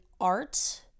art